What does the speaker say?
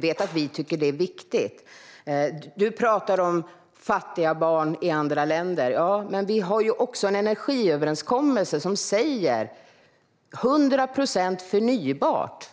Vi tycker att det är viktigt. Du talar om fattiga barn i andra länder. Men vi har också en energiöverenskommelse som innebär att vi ska ha 100 procent förnybart.